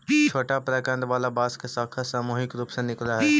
छोटा प्रकन्द वाला बांस के शाखा सामूहिक रूप से निकलऽ हई